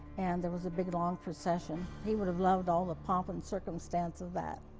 and there was a big, long procession. he would have loved all the pomp and circumstance of that.